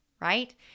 right